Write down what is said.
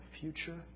future